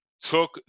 took